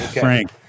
Frank